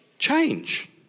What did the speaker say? Change